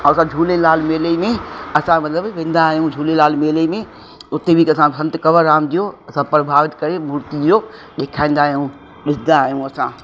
और असां झूलेलाल मेले में असां मतलबु वेंदा आहियूं झूलेलाल मेले में उते बि असां संत कंवर राम जो असां प्रभावित करे मुर्ति जो ॾेखारींदा आहियूं ॾिसंदा आहियूं असां